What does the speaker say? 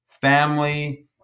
family